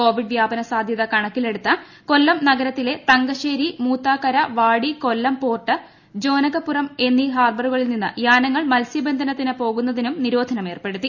Covid വ്യാപന സാധ്യത കണക്കിലെടുത്ത് കൊല്ലം നഗരത്തിലെ തങ്കശ്ശേരി മൂതാക്കര വാടി കൊല്ലം പോർട്ട് ജോനകപ്പുറം എന്നീ ഹാർബറുകളിൽ നിന്ന് യാനങ്ങൾ മത്സ്യബന്ധനത്തിന് പോകുന്നതിലും നിരോധനം ഏർപ്പെടുത്തി